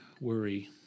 worry